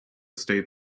state